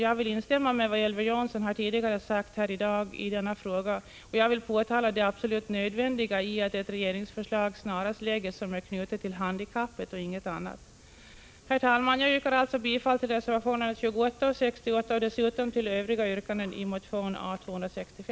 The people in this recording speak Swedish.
Jag vill instämma med vad Elver Jonsson har sagt om den frågan tidigare i dag och påtala det absolut nödvändiga i att ett regeringsförslag snarast framläggs som är knutet till handikappet och inget annat. Herr talman! Jag yrkar alltså bifall till reservationerna 28 och 68 och dessutom till övriga yrkanden i motion A265.